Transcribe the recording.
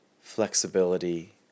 flexibility